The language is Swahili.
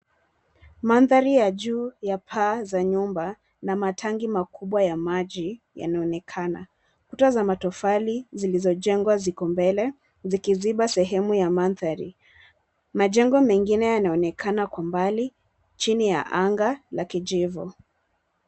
Mandhari ya juu ya paa za nyumba na matangi makubwa ya maji yanaonekana. Kuta za matofali zilizojengwa ziko mbele zikizimba sehemu ya mandhari. Majengo mengine yanaonekana kwa mbali chini ya anga la kijivu.